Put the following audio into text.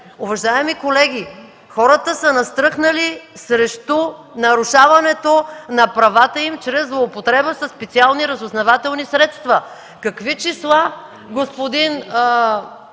Уважаеми колеги, хората са настръхнали срещу нарушаването на правата им чрез злоупотреба със специални разузнавателни средства. Какви числа, господин